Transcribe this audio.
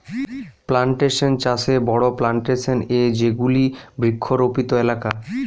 plantation চাষে বড়ো plantation এ যেগুলি বৃক্ষরোপিত এলাকা